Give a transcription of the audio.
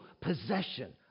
possession